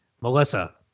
Melissa